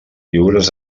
lliures